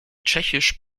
tschechisch